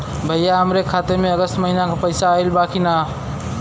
भईया हमरे खाता में अगस्त महीना क पैसा आईल बा की ना?